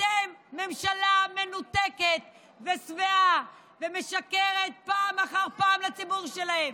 אתם ממשלה מנותקת ושבעה שמשקרת פעם אחר פעם לציבור שלה.